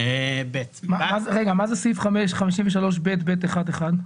זה סעיף 53ב(ב1)(1)?